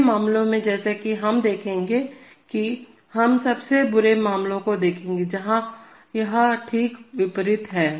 अगले मामले में जैसा कि हम दिखाएंगे कि हम सबसे बुरे मामले को देखेंगे जहाँ यह ठीक विपरीत है